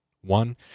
One